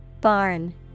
Barn